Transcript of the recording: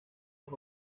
los